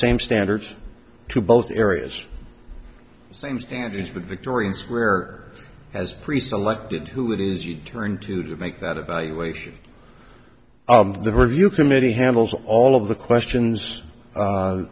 same standards to both areas same standards but victorians where as pre selected who it is you'd turn to to make that evaluation the review committee handles all of the questions